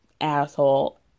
asshole